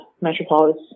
metropolis